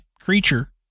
creature